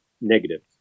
negative